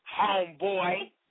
homeboy